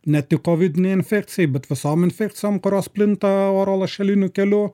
ne tik kovidinei infekcijai bet visom infekcijom kurios plinta oro lašeliniu keliu